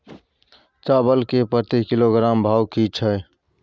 चावल के प्रति किलोग्राम भाव की छै?